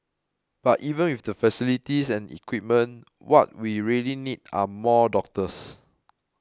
but even with the facilities and equipment what we really need are more doctors